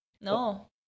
No